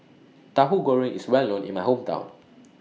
Tahu Goreng IS Well known in My Hometown